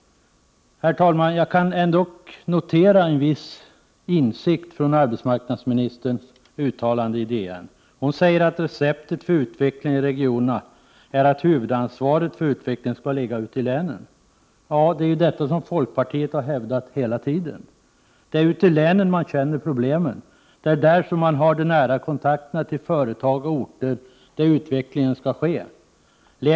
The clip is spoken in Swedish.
Herr talman! Jag kan ändock notera en viss insikt från arbetsmarknads Prot. 1988/89:45 ministerns uttalande i Dagens Nyheter. Hon säger att receptet för utveckling 14 december 1988 i regionerna är att huvudansvaret för utvecklingen skall ligga ute i länen. Det är detta som folkpartiet har hävdat hela tiden. Det är ute i länen som man känner problemen. Det är där som man har de nära kontakterna med de företag och de orter där utvecklingen skall ske.